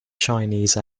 chinese